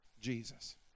Jesus